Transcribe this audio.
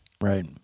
Right